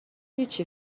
هیچی